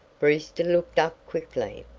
brewster looked up quickly.